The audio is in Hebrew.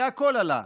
והכול עלה,